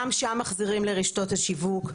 גם שם מחזירים לרשתות השיווק,